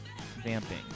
vamping